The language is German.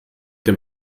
dem